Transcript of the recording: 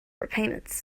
repayments